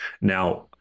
Now